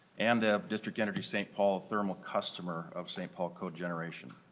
and district energy st. paul thermal customer of st. paul cogeneration.